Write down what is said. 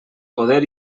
poder